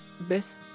best